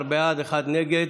17 בעד, אחד נגד.